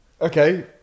Okay